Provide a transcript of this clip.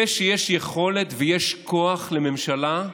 זה שיש יכולת ויש כוח לממשלה,